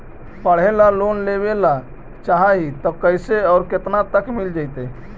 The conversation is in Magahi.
पढ़े ल लोन लेबे ल चाह ही त कैसे औ केतना तक मिल जितै?